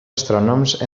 astrònoms